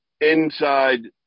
Inside